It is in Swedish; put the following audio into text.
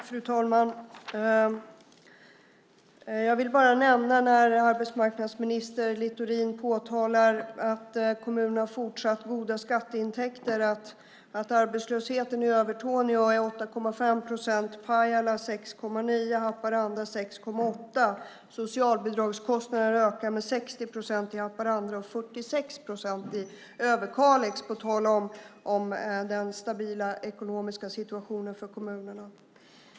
Fru talman! När arbetsmarknadsminister Littorin påtalar att kommunerna har fortsatt goda skatteintäkter vill jag bara nämna att arbetslösheten i Övertorneå är 8,5 procent. I Pajala är den 6,9. I Haparanda är den 6,8. Socialbidragskostnaderna har ökat med 60 procent i Haparanda och 46 procent i Överkalix, på tal om den stabila ekonomiska situationen för kommunerna.